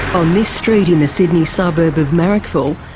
um this street in the sydney suburb of marrickville,